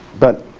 but